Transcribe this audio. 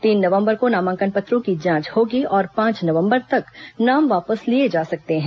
तीन नवंबर को नामांकन पत्रों की जांच होगी और पांच नवंबर तक नाम वापस लिए जा सकते हैं